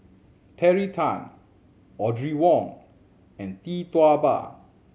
Terry Tan Audrey Wong and Tee Tua Ba